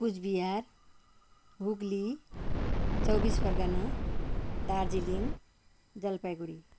Cooch Behar Hooghly Chabbis Pargana Darjeeling Jalpaiguri